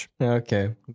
okay